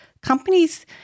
companies